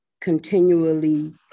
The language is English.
continually